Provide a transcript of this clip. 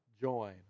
join